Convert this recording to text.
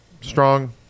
Strong